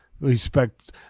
respect